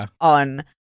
on